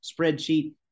spreadsheet